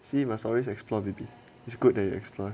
see you must always explore baby is good that you explore